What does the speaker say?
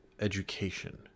education